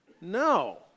No